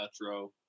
Metro